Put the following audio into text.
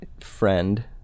friend